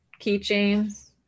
keychains